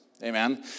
Amen